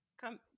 Come